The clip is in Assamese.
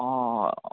অঁ